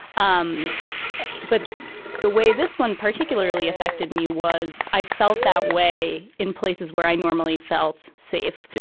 um but the way this one particularly affected me was i felt that way in places where i normally felt safe.